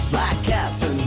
black gadsen